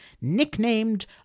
nicknamed